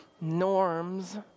norms